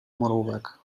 mrówek